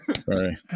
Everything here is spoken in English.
Sorry